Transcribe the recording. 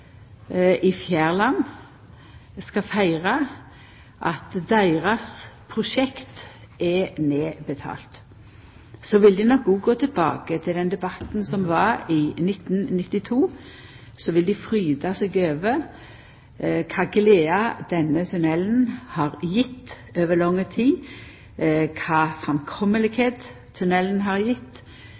i Fjærland skal feira at deira prosjekt er nedbetalt, vil dei nok òg gå tilbake til den debatten som var i 1992, og fryda seg over kva glede denne tunellen har gjeve over lang tid, kva for ei framkomelegheit tunellen har